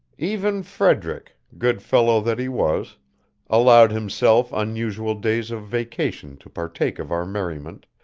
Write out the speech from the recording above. even frederick good fellow that he was allowed himself unusual days of vacation to partake of our merriment,